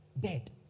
dead